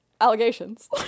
Allegations